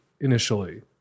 initially